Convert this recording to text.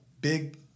big